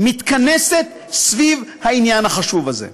מתכנסת סביב העניין החשוב הזה.